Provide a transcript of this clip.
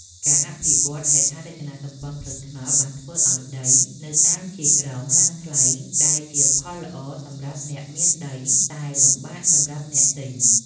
ការអភិវឌ្ឍហេដ្ឋារចនាសម្ព័ន្ធផ្លូវថ្នល់បានធ្វើឱ្យដីនៅតាមជាយក្រុងឡើងថ្លៃដែលជាផលល្អសម្រាប់អ្នកមានដីតែលំបាកសម្រាប់អ្នកទិញ។